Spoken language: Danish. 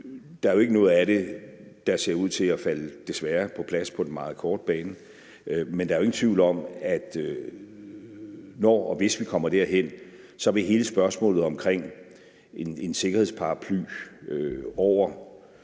desværre ikke noget af det, der ser ud til at falde på plads på den meget korte bane, men der er jo ingen tvivl om, at når og hvis vi kommer derhen, vil hele spørgsmålet omkring en sikkerhedsparaply over